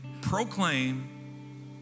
proclaim